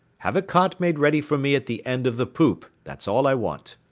have a cot made ready for me at the end of the poop that's all i want.